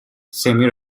semi